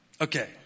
Okay